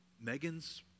Megan's